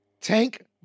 Tank